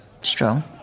Strong